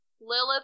Lilith